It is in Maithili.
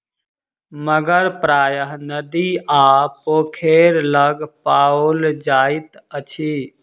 मगर प्रायः नदी आ पोखैर लग पाओल जाइत अछि